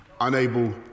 unable